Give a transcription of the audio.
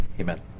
Amen